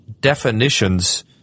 definitions